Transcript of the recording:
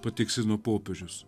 patikslino popiežius